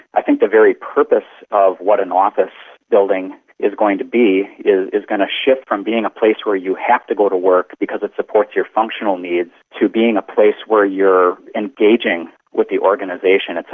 i think the very purpose of what an office building is going to be is is going to shift from being a place where you have to go to work because it supports your functional needs, to being a place where you're engaging with the organisation,